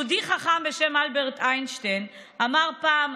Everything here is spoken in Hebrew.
יהודי חכם בשם אלברט איינשטיין אמר פעם: